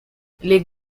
les